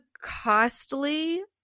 costly